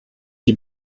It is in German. die